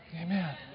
Amen